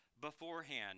beforehand